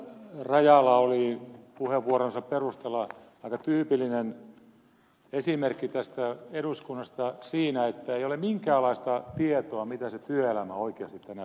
rajala oli puheenvuoronsa perusteella aika tyypillinen esimerkki tässä eduskunnassa siitä että ei ole minkäänlaista tietoa mitä se työelämä oikeasti tänä päivänä on